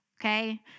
okay